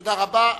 תודה רבה.